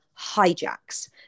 hijacks